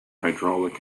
hydraulic